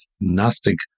Gnostic